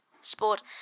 sport